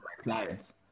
clients